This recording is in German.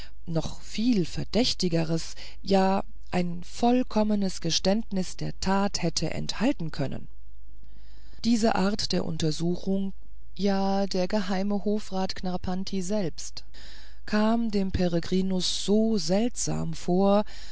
noch viel verdächtigeres ja ein vollkommenes zugeständnis der tat hätte enthalten können diese art der untersuchung ja der geheime hofrat knarrpanti selbst kam dem peregrinus so seltsam vor